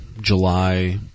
July